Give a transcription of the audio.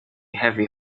heavy